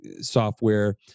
software